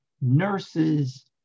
nurses